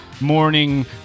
morning